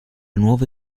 nove